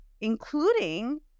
including